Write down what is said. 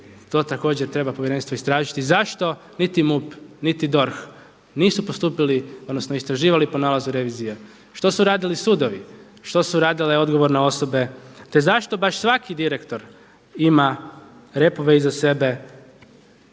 to također treba povjerenstvo istražiti zašto niti MUP, niti DORH nisu postupili, odnosno istraživali po nalazu revizije što su radili sudovi, što su radile odgovorne osobe, te zašto baš svaki direktor ima repove iza sebe